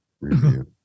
review